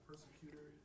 Persecutor